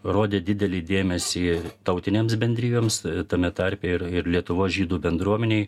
rodė didelį dėmesį tautinėms bendrijoms tame tarpe ir ir lietuvos žydų bendruomenei